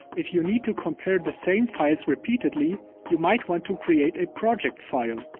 if you need to compare the same files repeatedly, you might want to create a project file.